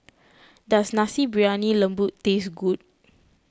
does Nasi Briyani Lembu taste good